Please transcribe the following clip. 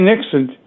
Nixon